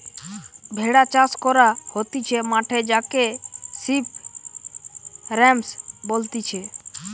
ভেড়া চাষ করা হতিছে মাঠে যাকে সিপ রাঞ্চ বলতিছে